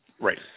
right